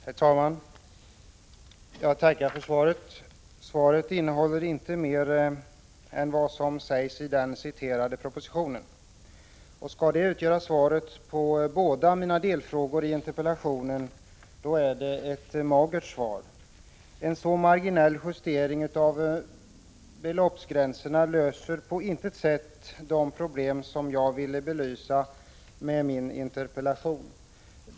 Herr talman! Jag tackar för svaret. Svaret innehåller inte mer än vad som sägs i den citerade propositionen. Och skall det utgöra svaret på båda delfrågorna i interpellationen, då är det ett magert svar. En så marginell justering av beloppsgränserna löser på intet sätt de problem som jag ville belysa med min interpellation.